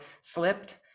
slipped